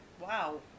wow